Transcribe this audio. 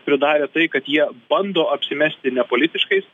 pridarė tai kad jie bando apsimesti nepolitiškais